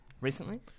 recently